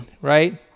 right